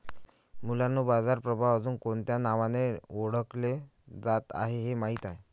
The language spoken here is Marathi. मुलांनो बाजार प्रभाव अजुन कोणत्या नावाने ओढकले जाते हे माहित आहे?